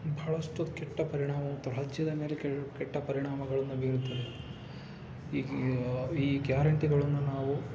ಬಹಳಷ್ಟು ಕೆಟ್ಟ ಪರಿಣಾಮವು ಮತ್ತು ರಾಜ್ಯದ ಮೇಲೆ ಕೆಟ್ಟ ಪರಿಣಾಮಗಳನ್ನು ಬೀರುತ್ತದೆ ಈಗ ಈ ಗ್ಯಾರಂಟಿಗಳನ್ನು ನಾವು